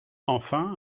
enfin